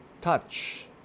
touch